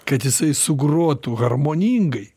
kad jisai sugrotų harmoningai